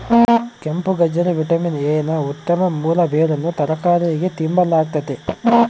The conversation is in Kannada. ಕೆಂಪುಗಜ್ಜರಿ ವಿಟಮಿನ್ ಎ ನ ಉತ್ತಮ ಮೂಲ ಬೇರನ್ನು ತರಕಾರಿಯಾಗಿ ತಿಂಬಲಾಗ್ತತೆ